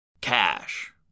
Cash